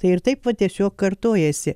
tai ir taip va tiesiog kartojasi